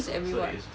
who is everyone